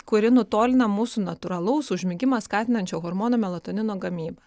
kuri nutolina mūsų natūralaus užmigimą skatinančio hormono melatonino gamybą